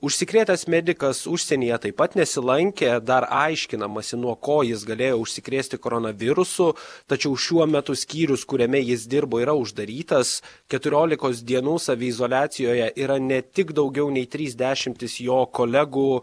užsikrėtęs medikas užsienyje taip pat nesilankė dar aiškinamasi nuo ko jis galėjo užsikrėsti koronavirusu tačiau šiuo metu skyrius kuriame jis dirbo yra uždarytas keturiolikos dienų saviizoliacijoje yra ne tik daugiau nei trys dešimtys jo kolegų